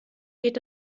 geht